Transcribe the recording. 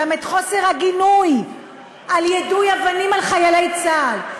גם את חוסר הגינוי של יידוי אבנים בחיילי צה"ל.